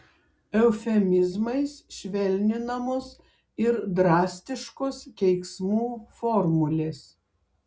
eufemizmais švelninamos ir drastiškos keiksmų formulės